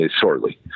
shortly